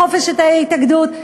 בחופש ההתאגדות,